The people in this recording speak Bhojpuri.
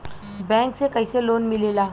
बैंक से कइसे लोन मिलेला?